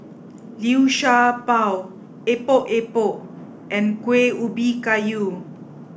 liu sha bao Epok Epok and Kueh Ubi Kayu